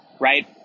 Right